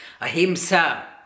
Ahimsa